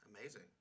amazing